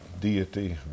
Deity